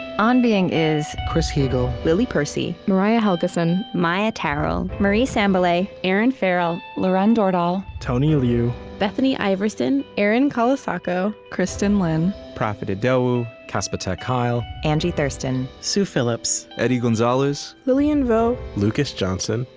on being is chris heagle, lily percy, mariah helgeson, maia tarrell, marie sambilay, erinn farrell, lauren dordal, tony liu, bethany iverson, erin colasacco, kristin lin, profit idowu, casper ter kuile, angie thurston, sue phillips, eddie gonzalez, lilian vo, lucas johnson,